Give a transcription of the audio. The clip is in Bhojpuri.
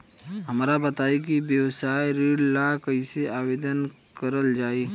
हमरा बताई कि व्यवसाय ऋण ला कइसे आवेदन करल जाई?